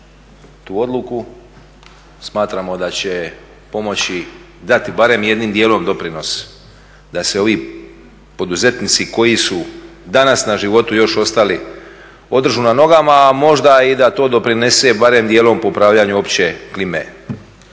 tu odluku. Smatramo da će pomoći i dati barem jednim dijelom doprinos da se ovi poduzetnici koji su danas na životu još ostali održe na nogama, a možda i da to doprinese barem popravljanju opće klime